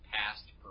past